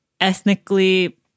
ethnically